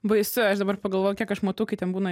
baisu aš dabar pagalvojau kiek aš matau kai ten būna